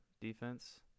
defense